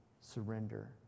surrender